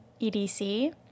edc